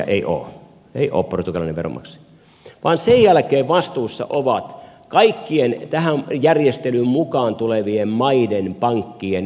ei ole ei ole portugalilainen veronmaksaja vaan sen jälkeen vastuussa ovat kaikkien tähän järjestelyyn mukaan tulevien maiden pankkien asiakkaat